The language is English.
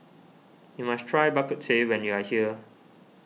you must try Bak Kut Teh when you are here